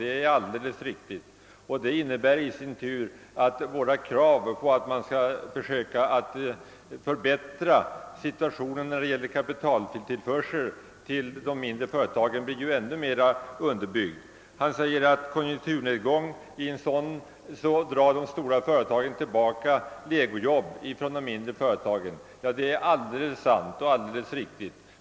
Detta är alldeles riktigt, och det innebär i sin tur att våra krav på att försöka förbättra situationen för de mindre företagen genom kapitaltillförsel blir ännu mera underbyggda. Han säger att de stora företagen vid en konjunkturnedgång drar tillbaka legojobb från de mindre företagen. Det är alldeles sant.